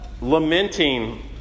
lamenting